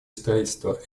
строительства